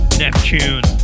neptune